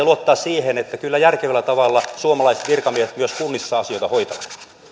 luottaa siihen että kyllä järkevällä tavalla suomalaiset virkamiehet myös kunnissa asioita hoitavat